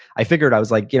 i figured, i was like,